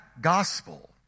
gospel